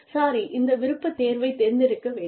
sorry இந்த விருப்பத்தேர்வைத் தேர்ந்தெடுக்க வேண்டும்